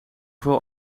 veel